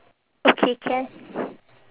okay can